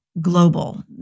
global